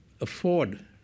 afford